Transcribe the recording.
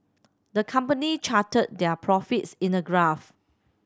the company charted their profits in a graph